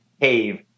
cave